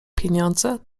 pieniądze